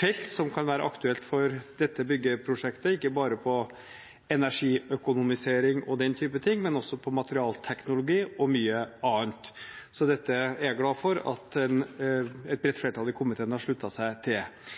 felt som kan være aktuelt for dette byggeprosjektet – ikke bare på energiøkonomisering og den type ting, men også på materialteknologi og mye annet. Så dette er jeg glad for at et bredt flertall i komiteen har sluttet seg til.